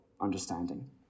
understanding